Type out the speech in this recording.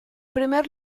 primer